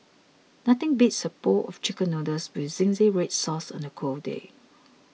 nothing beats a bowl of Chicken Noodles with Zingy Red Sauce on a cold day